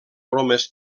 bromes